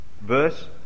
verse